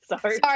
sorry